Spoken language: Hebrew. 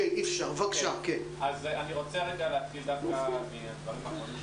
תמצאו לו מקום שהמיקרופון עובד,